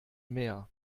mehr